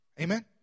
Amen